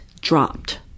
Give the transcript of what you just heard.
dropped